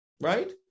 Right